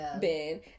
Ben